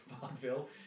vaudeville